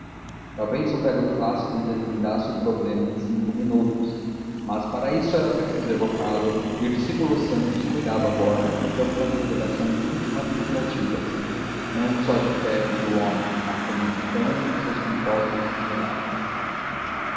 talvez o velho plácido deslindasse o problema em cinco minutos mas para isso era preciso evocá lo e o discípulo santos cuidava agora de umas liquidações últimas e lucrativas não só de fé vive o homem mas também de pão e seus compostos e similares